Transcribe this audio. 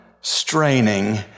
straining